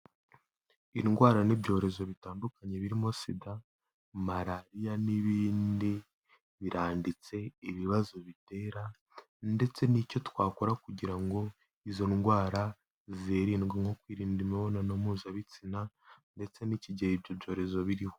Indwara n'ibyorezo bitandukanye birimo sida malariya n'ibindi biranditse ibibazo bitera ndetse n'icyo twakora kugirango izo ndwara zirindwe nko kwirinda imibonano mpuzabitsina ndetse n'ikige ibyo byorezo biriho.